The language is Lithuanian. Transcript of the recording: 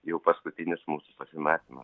jau paskutinis mūsų pasimatymas